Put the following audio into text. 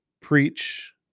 Preach